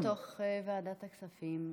גם בתוך ועדת הכספים,